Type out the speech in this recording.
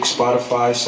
Spotify